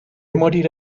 morir